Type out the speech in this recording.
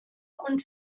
und